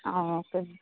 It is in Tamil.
ஆ சரி